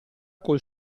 col